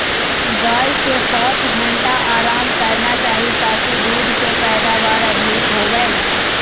गाय के पांच घंटा आराम करना चाही ताकि दूध के पैदावार अधिक होबय